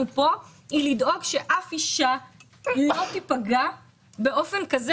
כאן היא לדאוג שאף אישה לא תיפגע באופן כזה,